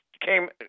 came